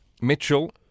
Mitchell